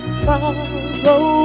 sorrow